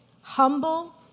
humble